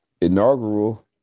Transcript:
inaugural